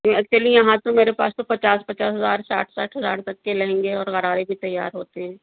actually یہاں تو میرے پاس تو پچاس پچاس ہزار ساٹھ ساٹھ ہزار تک کے لگیں گے اور غرارے بھی تیار ہوتے ہیں